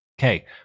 Okay